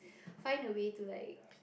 find a way to like